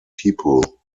people